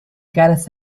caras